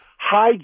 hi